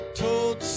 told